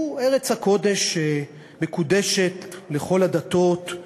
שהוא ארץ הקודש שמקודשת לכל הדתות,